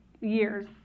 years